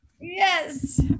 Yes